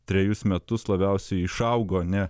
trejus metus labiausiai išaugo ne